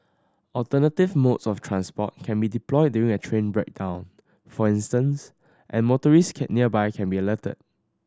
alternative modes of transport can be deployed during a train breakdown for instance and motorist can nearby can be alerted